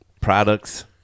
products